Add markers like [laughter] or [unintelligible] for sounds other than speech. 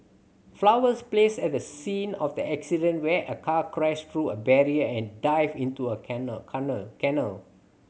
flowers placed at the scene of the accident where a car crashed through a barrier and dived into a [unintelligible] canal [unintelligible]